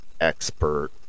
expert